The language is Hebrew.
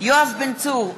יואב בן צור,